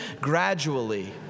gradually